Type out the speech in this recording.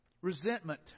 Resentment